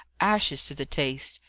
ashes to the taste.